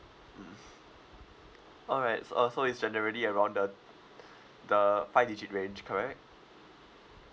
mm alright s~ uh so it's generally around the the five digit range correct